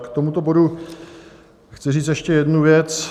K tomuto bodu chci říct ještě jednu věc.